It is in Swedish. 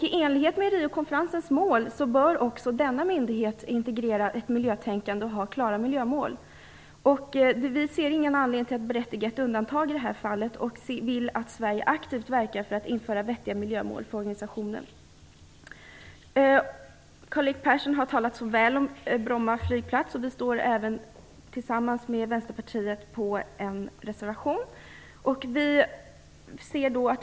I enighet med Riokonferens mål bör också denna myndighet intregrera ett miljötänkande och ha klara miljömål. Det är inte berättigat med ett undantag i det här fallet, utan vi vill att Sverige aktivt verkar för införande av vettiga miljömål för organisationen. Karl-Erik Persson har talat så väl om Bromma flygplats. Vi står tillsammans med Vänsterpartiet bakom en reservation.